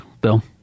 Bill